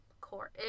core